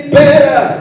better